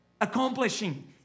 accomplishing